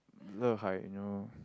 Le-Hai you know